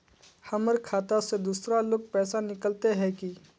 हमर खाता से दूसरा लोग पैसा निकलते है की?